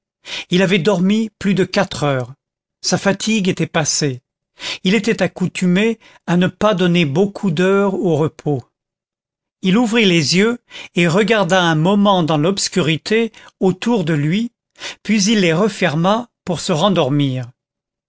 il avait dormi plus de quatre heures sa fatigue était passée il était accoutumé à ne pas donner beaucoup d'heures au repos il ouvrit les yeux et regarda un moment dans l'obscurité autour de lui puis il les referma pour se rendormir